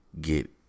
get